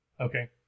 Okay